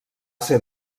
ser